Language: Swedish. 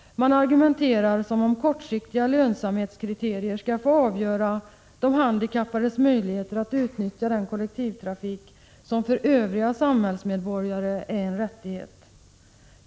Man argumenterar som om kortsiktiga lönsamhetskriterier skall få avgöra de handikappades möjligheter att utnyttja den kollektivtrafik som för övriga samhällsmedborgare är en rättighet.